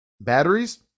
Batteries